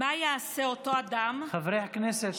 מה יעשה אותו אדם, חברי הכנסת.